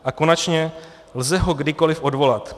A konečně, lze ho kdykoliv odvolat.